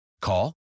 Call